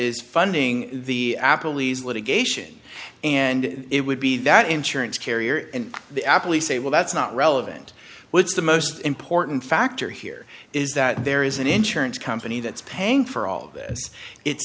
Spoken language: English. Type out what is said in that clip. is funding the apple lease litigation and it would be that insurance carrier and the aptly say well that's not relevant what's the most important factor here is that there is an insurance company that's paying for all of this it's